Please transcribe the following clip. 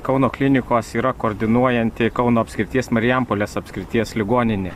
kauno klinikos yra koordinuojanti kauno apskrities marijampolės apskrities ligoninė